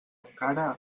encara